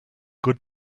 good